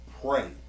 pray